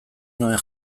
nuen